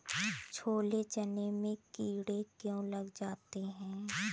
छोले चने में कीड़े क्यो लग जाते हैं?